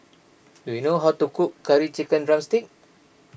do you know how to cook Curry Chicken Drumstick